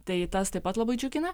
tai tas taip pat labai džiugina